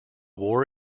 war